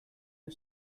you